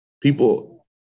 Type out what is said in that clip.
people